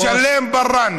משלם "שחור".